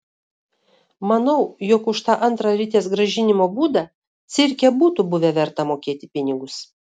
manau jog už tą antrą ritės grąžinimo būdą cirke būtų buvę verta mokėti pinigus